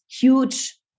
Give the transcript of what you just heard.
huge